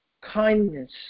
kindness